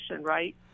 right